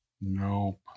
Nope